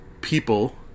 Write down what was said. people